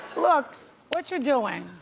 look what you doing?